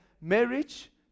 marriage